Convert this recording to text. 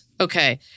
Okay